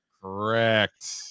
Correct